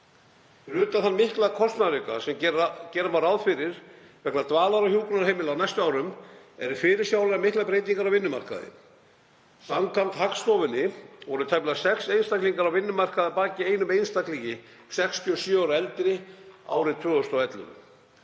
utan þann mikla kostnaðarauka sem gera má ráð fyrir vegna dvalar- og hjúkrunarheimila á næstu árum eru fyrirsjáanlegar miklar breytingar á vinnumarkaði. Samkvæmt Hagstofunni voru tæplega sex einstaklingar á vinnumarkaði að baki einum einstaklingi 67 ára og eldri árið 2011.